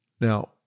Now